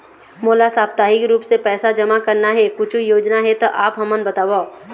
मोला साप्ताहिक रूप से पैसा जमा करना हे, कुछू योजना हे त आप हमन बताव?